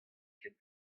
ket